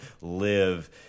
live